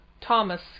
Thomas